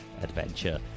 adventure